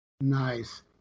Nice